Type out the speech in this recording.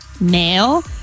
male